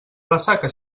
ressaca